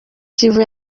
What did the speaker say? kivu